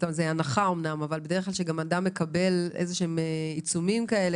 זאת הנחה - שכאשר אדם מקבל איזה שהם עיצומים כאלה,